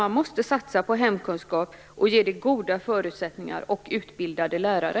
Man måste satsa på ämnet hemkunskap och ge det goda förutsättningar och utbildade lärare.